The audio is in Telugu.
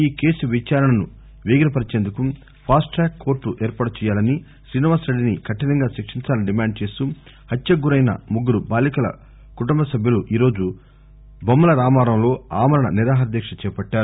ఈ కేను విచారణను వేగిరపరిచేందుకు ఫాస్బ్టాక్ కోర్లు ఏర్పాటు చేయాలని శ్రీనివాస్రెడ్డిని కఠినంగా శిక్షించాలని దిమాండ్ చేస్తూ హత్యకు గురయిన ముగ్గురు బాలికల కుటుంబ సభ్యులు ఆమరణ నిరాహార దీక్ష చేపట్లారు